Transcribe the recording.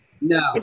No